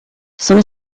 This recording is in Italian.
sono